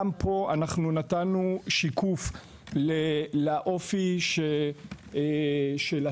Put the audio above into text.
גם פה אנחנו נתנו שיקוף לאופי של השיח